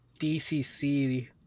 dcc